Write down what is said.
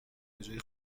بجای